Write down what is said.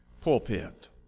pulpit